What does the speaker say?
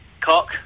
Cock